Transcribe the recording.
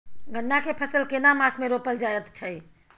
गन्ना के फसल केना मास मे रोपल जायत छै?